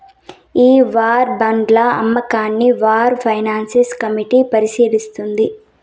ఈ వార్ బాండ్ల అమ్మకాన్ని వార్ ఫైనాన్స్ కమిటీ పరిశీలిస్తుంది